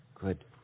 Good